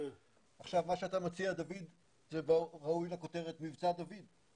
מה שאתה מציע, דוד, ראוי לכותרת "מבצע דוד".